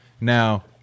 Now